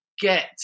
Get